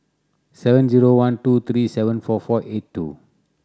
seven zero one two three seven four four eight two